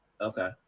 okay